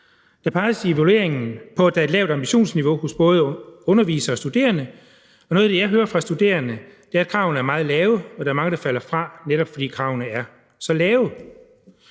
Der peges i evalueringen på, at der er et lavt ambitionsniveau hos både undervisere og studerende, og noget af det, jeg hører fra studerende, er, at kravene er meget lave, og at der er mange, der falder fra, netop fordi kravene er så lave.